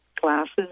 glasses